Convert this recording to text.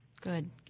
Good